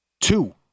two